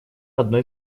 одной